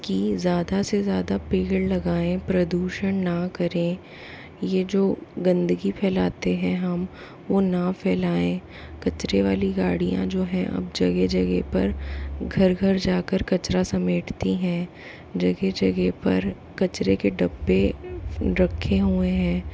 कि ज़्यादा से ज़्यादा पेड़ लगाएँ प्रदूषण न करें ये जो गंदगी फैलाते हैं हम वो न फैलाएँ कचरे वाली गाड़ियाँ जो हैं अब जगह जगह पर घर घर जाकर कचरा समेटती हैं जगह जगह पर कचरे के डब्बे रखे हुए हैं